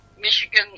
Michigan